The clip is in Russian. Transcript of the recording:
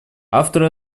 автор